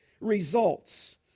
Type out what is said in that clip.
results